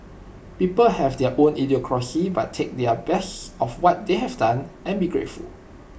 people have their own idiosyncrasy but take their best of what they have done and be grateful